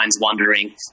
wandering